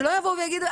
שלא יבואו ויגידו,